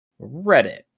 Reddit